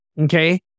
okay